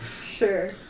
Sure